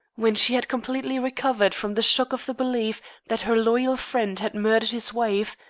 when she had completely recovered from the shock of the belief that her loyal friend had murdered his wife,